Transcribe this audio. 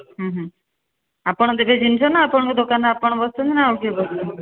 ଆପଣ ଦେବେ ଜିନିଷ ନା ଆପଣଙ୍କ ଦୋକାନରେ ଆପଣ ବସିଛନ୍ତି ନା ଆଉ କିଏ ବସିଛି